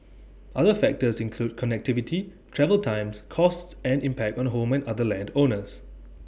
other factors include connectivity travel times costs and impact on home and other land owners